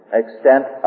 extent